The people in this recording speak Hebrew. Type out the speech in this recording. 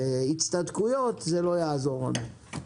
הצטדקויות לא יעזרו לנו.